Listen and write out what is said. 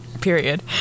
period